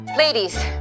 Ladies